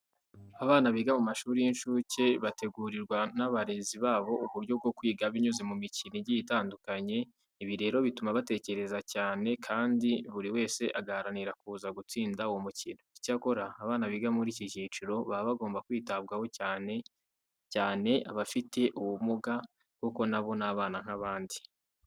Abana biga mu mashuri y'inshuke bategurirwa n'abarezi babo uburyo bwo kwiga binyuze mu mikino igiye itandukanye. Ibi rero bituma batekereza cyane kandi buri wese agaharanira kuza gutsinda uwo mukino. Icyakora, abana biga muri iki cyiciro baba bagomba kwitabwaho cyane cyane abafite ubumuga kuko na bo ni abana nk'abandi.